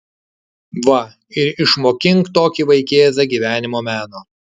va ir išmokink tokį vaikėzą gyvenimo meno